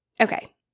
Okay